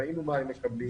ראינו מה הם מקבלים,